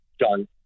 John